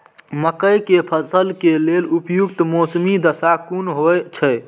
मके के फसल के लेल उपयुक्त मौसमी दशा कुन होए छै?